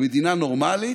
במדינה נורמלית,